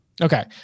Okay